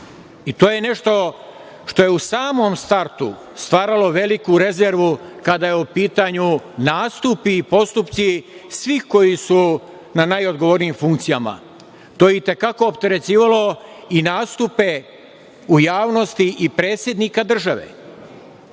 i to je nešto što je u samom startu stvaralo veliku rezervu kada je u pitanju nastup i postupci svih koji su na najodgovornijim funkcijama. To je i te kako opterećivalo i nastupe u javnosti i predsednika države.